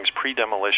pre-demolition